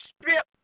strip